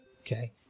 Okay